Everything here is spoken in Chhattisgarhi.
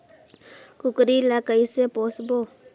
कूकरी ला कइसे पोसबो?